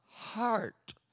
heart